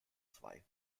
zwei